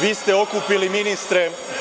Vi ste okupili ministre.